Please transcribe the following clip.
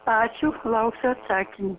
ačiū lauksiu atsakymų